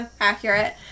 accurate